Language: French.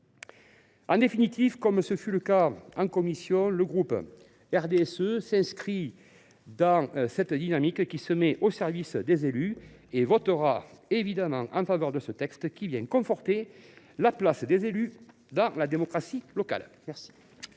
En définitive, comme ce fut le cas en commission, le groupe du RDSE s’inscrit dans cette dynamique qui se met au service des élus et votera en faveur de ce texte qui vient conforter la place des élus dans la démocratie locale.